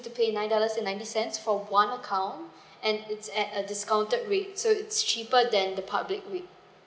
to pay nine dollars and ninety cents for one account and it's at a discounted rate so it's cheaper than the public rate